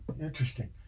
Interesting